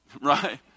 Right